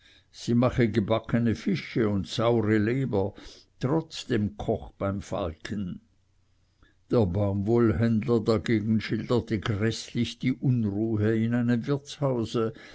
sie mache gebackene fische und saure leber trotz dem koch beim falken der baumwollenhändler dagegen schilderte gräßlich die unruhe in einem wirtshause